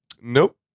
Nope